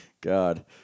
God